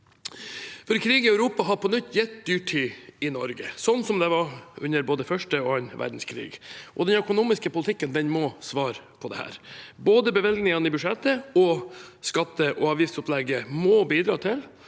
Krig i Europa har på nytt gitt dyrtid i Norge, sånn det var under både første og annen verdenskrig. Den økonomiske politikken må svare på dette. Både bevilgningene i budsjettet og skatte- og avgiftsopplegget må bidra til